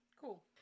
Cool